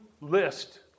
list